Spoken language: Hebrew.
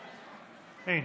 אין.